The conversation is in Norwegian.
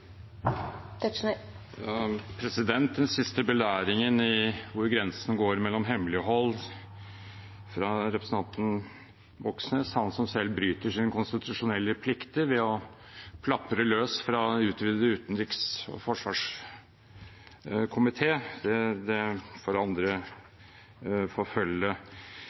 Den siste belæringen i hvor grensen går for hemmelighold fra representanten Moxnes, han som selv bryter sine konstitusjonelle plikter ved å plapre løs fra den utvidete utenriks- og forsvarskomiteen, får andre forfølge. Hvis vi da går inn på de mer seriøse deltagerne i debatten, har det